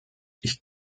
ich